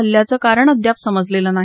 हल्ल्याचं कारण अद्याप समजलेलं नाही